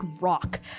rock